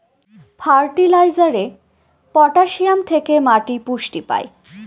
ফার্টিলাইজারে পটাসিয়াম থেকে মাটি পুষ্টি পায়